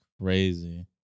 crazy